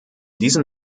diesem